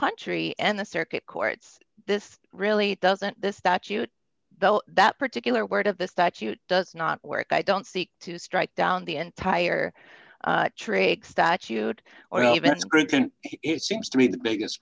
country and the circuit courts this really doesn't this statute that particular word of the statute does not work i don't seek to strike down the entire trade statute or even scrutiny it seems to me the biggest